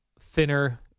thinner